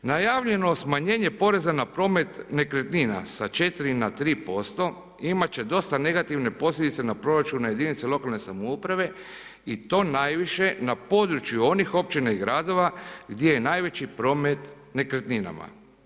Najavljeno smanjenje poreza na promet nekretnina sa 4 na 3% imat će dosta negativne posljedice na proračunu jedinica lokalne samouprave i to najviše na području onih općina i gradova gdje je najveći promet nekretninama.